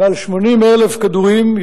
יותר מ-80,000 כדורים,